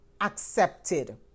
accepted